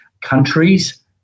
countries